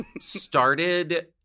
started